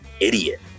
idiot